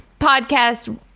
podcast